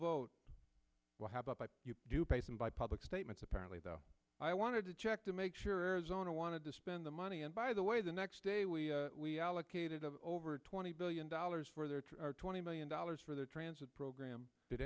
vote will have up but you do pay some by public statements apparently though i wanted to check to make sure arizona wanted to spend the money and by the way the next day we look at it of over twenty billion dollars where there are twenty million dollars for the transit program